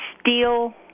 steel